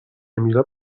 emila